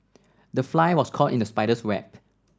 the fly was caught in the spider's web